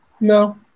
No